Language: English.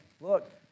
look